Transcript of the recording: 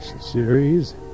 series